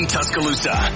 Tuscaloosa